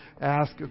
ask